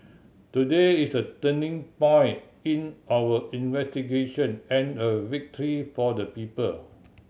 today is a turning point in our investigation and a victory for the people